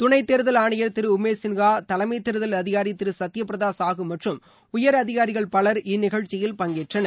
துணைதேர்தல் ஆணையர் திருடமேஷ் சின்ஹா தலைமைதேர்தல் அதிகாரிதிருசத்யபிரதாசாஹூ மற்றும் உயர் அதிகாரிகள் பலர் இந்நிகழ்ச்சியில் பங்கேற்றனர்